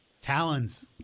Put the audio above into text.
Talons